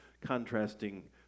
contrasting